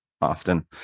often